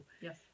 Yes